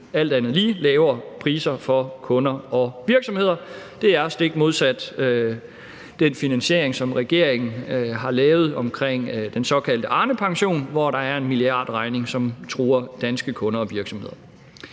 vil betyde lavere priser for kunder og virksomheder. Det er stik modsat den finansiering, som regeringen har lavet i forhold til den såkaldte Arnepension, hvor der er en milliardregning, som truer danske kunder virksomheder.